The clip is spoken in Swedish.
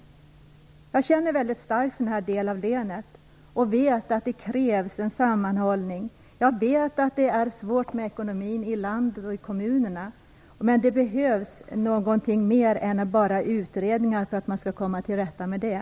Jag känner mycket starkt för den här delen av länet och vet att det krävs en sammanhållning. Jag vet att det är svårt med ekonomin i landet och i kommunerna. Men det behövs någonting mer än bara utredningar för att man skall komma till rätta med det.